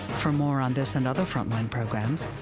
for more on this and other frontline programs,